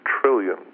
trillion